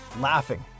Laughing